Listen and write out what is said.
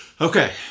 Okay